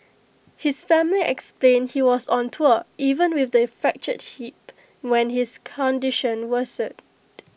his family explained he was on tour even with the fractured hip when his condition worsened